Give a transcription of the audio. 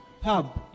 Pub